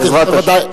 בעזרת השם.